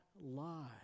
lie